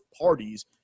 parties